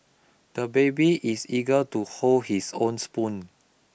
the baby is eager to hold his own spoon